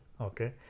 Okay